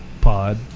pod